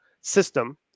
system